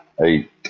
eight